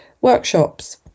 workshops